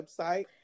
website